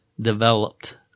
developed